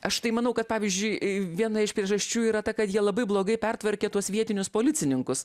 aš tai manau kad pavyzdžiui viena iš priežasčių yra ta kad jie labai blogai pertvarkė tuos vietinius policininkus